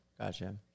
Gotcha